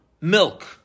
milk